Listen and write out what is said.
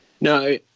No